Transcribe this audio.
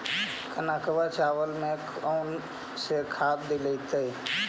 कनकवा चावल में कौन से खाद दिलाइतै?